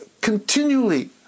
continually